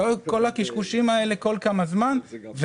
אגב,